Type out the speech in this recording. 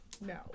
No